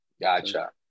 gotcha